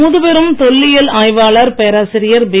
முதுபெரும் தொல்லியல் ஆய்வாளர் பேராசிரியர் பி